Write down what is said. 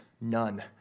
none